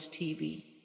TV